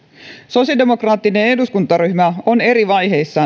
sosiaalidemokraattinen eduskuntaryhmä on eri vaiheissa